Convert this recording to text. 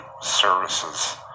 services